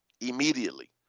immediately